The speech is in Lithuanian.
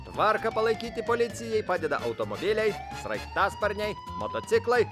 tvarką palaikyti policijai padeda automobiliai sraigtasparniai motociklai